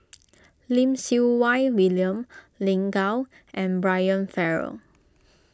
Lim Siew Wai William Lin Gao and Brian Farrell